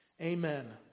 Amen